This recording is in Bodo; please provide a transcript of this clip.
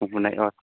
जाखांफुनाय ओ